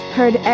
Heard